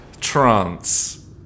trance